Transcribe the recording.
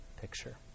picture